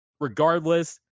regardless